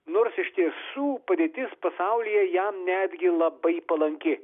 nors iš tiesų padėtis pasaulyje jam netgi labai palanki